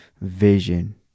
vision